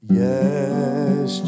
yes